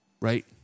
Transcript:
right